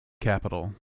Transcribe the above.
capital